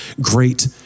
great